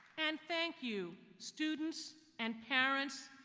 and thank you, students and parents,